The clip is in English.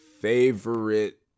favorite